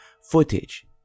footage